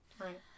Right